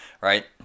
Right